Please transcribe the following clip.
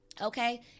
Okay